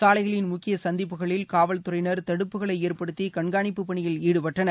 சாலைகளின் முக்கிய சந்திப்புகளில் காவல்துறையினர் தடுப்புகளை ஏற்படுத்தி கண்காணிப்புப் பணியில் ஈடுபட்டனர்